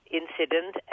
incident